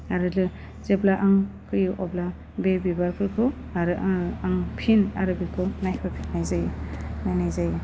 आरो लो जेब्ला आं फैयो अब्ला बे बिबारफोरखौ आरो आ आं फिन आरो बेखौ नायफामफिन्नाय जायो नायनाय जायो